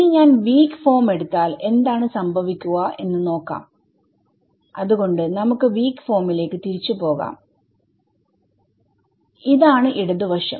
ഇതാണ് ഇടതുവശം